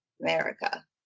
America